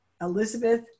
Elizabeth